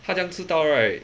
她怎样知道 right